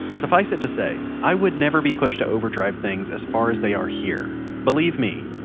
suffice it to say, i would never be pushed to overdrive things as far as they are here. believe me,